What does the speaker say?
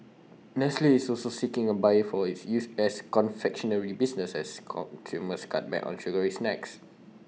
nestle is also seeking A buyer for its U S confectionery business as consumers cut back on sugary snacks